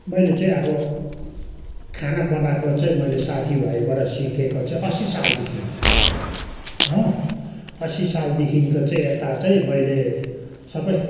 मैले चाहिँ अब खाना बनाएको चाहिँ मैले साथी भाइबाट सिकेको चाहिँ असी सालदेखि हो हो असी सालदेखिको चाहिँ यता चाहिँ मैले सबै